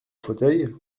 fauteuil